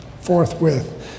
forthwith